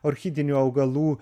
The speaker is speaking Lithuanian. orchidinių augalų